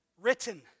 written